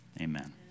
amen